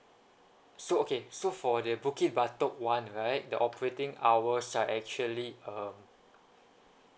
so okay so for the bukit batok [one] right the operating hours are actually um